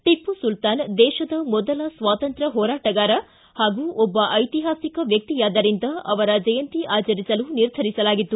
ಟಪ್ಪು ಸುಲ್ತಾನ್ ದೇಶದ ಮೊದಲ ಸ್ವಾತಂತ್ರ್ಯ ಹೋರಾಟಗಾರ ಹಾಗೂ ಒಬ್ಬ ಐತಿಹಾಸಿಕ ವ್ಯಕ್ತಿಯಾದ್ದರಿಂದ ಅವರ ಜಯಂತಿ ಆಚರಿಸಲು ನಿರ್ಧರಿಸಲಾಗಿತ್ತು